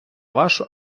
вашу